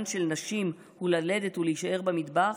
של נשים הוא ללדת ולהישאר במטבח,